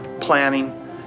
planning